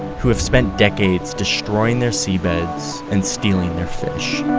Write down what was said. who have spent decades destroying their sea beds and stealing their fish.